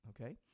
Okay